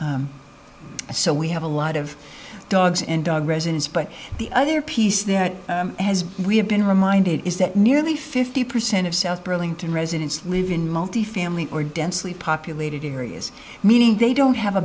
so we have a lot of dogs in dog residence but the other piece that has we have been reminded is that nearly fifty percent of south burlington residents live in multifamily or densely populated areas meaning they don't have a